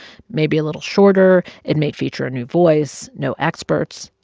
may be a little shorter. it may feature a new voice, no experts.